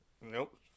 Nope